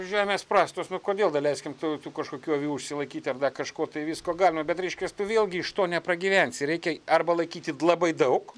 žemės prastos nu kodėl daleiskim tu kažkokių avių užsilaikyt ar da kažko tai visko galima bet reiškias tu vėlgi iš to nepragyvensi reikia arba laikyti labai daug